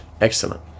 Excellent